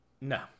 No